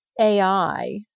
AI